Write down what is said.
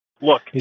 Look